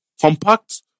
compact